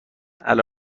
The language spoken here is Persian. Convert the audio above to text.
علی